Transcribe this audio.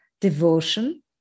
devotion